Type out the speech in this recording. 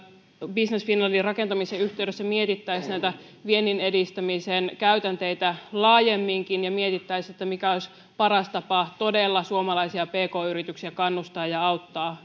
business finlandin rakentamisen yhteydessä mietittäisiin näitä viennin edistämisen käytänteitä laajemminkin ja mietittäisiin mikä olisi paras tapa todella suomalaisia pk yrityksiä kannustaa ja auttaa